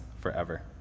forever